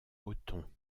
othon